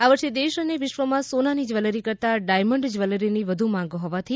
આ વર્ષે દેશ અને વિશ્વમાં સોનાની જવેલરી કરતા ડાયમંડ જવેલરીની વધુ માંગ હોવાથી